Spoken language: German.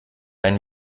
einen